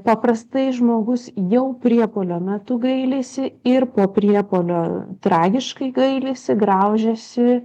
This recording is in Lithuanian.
paprastai žmogus jau priepuolio metu gailisi ir po priepuolio tragiškai gailisi graužiasi